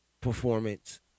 performance